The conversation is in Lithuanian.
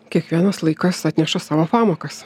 kiekvienas laikas atneša savo pamokas